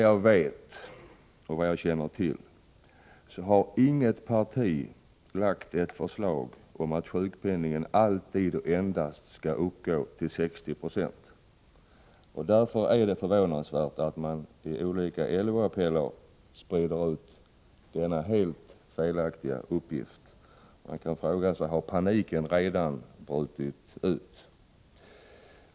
Såvitt jag känner till har inget parti lagt fram förslag om att sjukpenningen alltid och endast skall uppgå till 60976. Därför är det förvånande att det i olika LO-appeller sprids ut felaktiga uppgifter. Man kan fråga sig: Har paniken redan brutit ut?